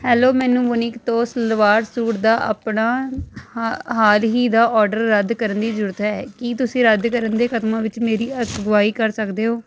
hello ਮੈਨੂੰ Voonik ਤੋਂ salwar suit ਦਾ ਆਪਣਾ ਹਾ ਹਾਲ ਹੀ ਦਾ ਓਰਡਰ ਰੱਦ ਕਰਨ ਦੀ ਜ਼ਰੂਰਤ ਹੈ ਕੀ ਤੁਸੀਂ ਰੱਦ ਕਰਨ ਦੇ ਕਦਮਾਂ ਵਿੱਚ ਮੇਰੀ ਅਗਵਾਈ ਕਰ ਸਕਦੇ ਹੋ